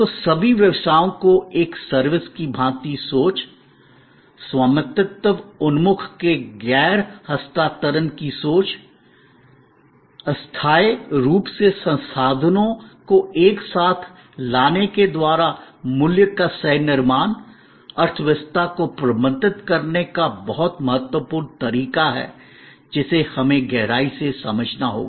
तो सभी व्यवसायों को एक सर्विस की भाँती सोच स्वामित्व उन्मुख के गैर हस्तांतरण की सोच नॉन ट्रांसफर ऑफ़ ओनरशिप अस्थायी रूप से संसाधनों को एक साथ लाने के द्वारा मूल्य का सह निर्माण अर्थव्यवस्था को प्रबंधित करने का बहुत महत्वपूर्ण तरीका है जिसे हमें गहराई से समझना होगा